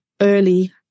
early